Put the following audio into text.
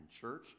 church